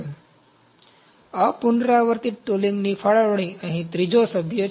તેથી અપુનરાવર્તિત ટૂલિંગની ફાળવણી અહીં 3જો સભ્ય છે